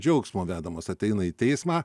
džiaugsmo vedamas ateina į teismą